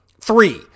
Three